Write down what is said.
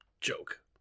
joke